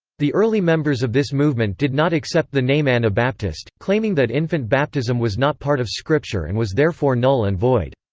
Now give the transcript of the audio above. the early members of this movement did not accept the name anabaptist, claiming that infant baptism was not part of scripture and was therefore null and void.